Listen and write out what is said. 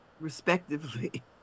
respectively